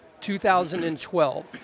2012